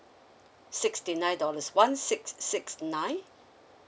sixty nine dollars one six six nine